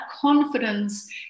confidence